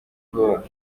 vuba